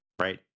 right